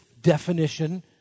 definition